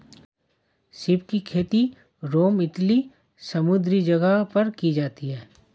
सीप की खेती रोम इटली समुंद्री जगह पर की जाती है